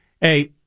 hey